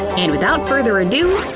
and without further ado,